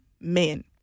men